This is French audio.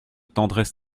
tendresse